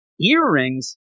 earrings